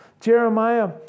Jeremiah